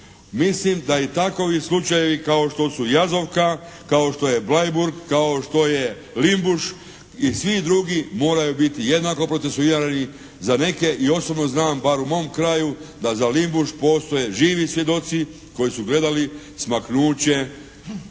mislim da i takovi slučajevi kao što su Jazovka, kao što je Bleiburg, kao što je Limbuš i svi drugi moraju biti jednako procesuirani. Za neke i osobno znam, bar u mom kraju da za Limbuš postoje živi svjedoci koji su gledali smaknuće